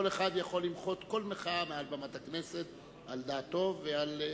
כל אחד יכול למחות כל מחאה מעל במת הכנסת על דעתו ועל אמונתו,